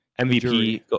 MVP